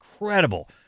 incredible